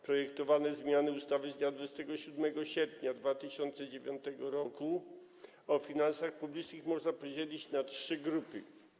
Projektowane zmiany w ustawie z dnia 27 sierpnia 2009 r. o finansach publicznych można podzielić na trzy grupy.